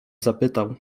zapytał